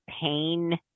pain